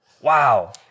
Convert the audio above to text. wow